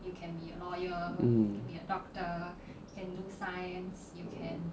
mm